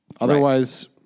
Otherwise